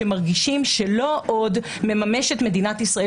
שמרגישות שלא עוד מממשת מדינת ישראל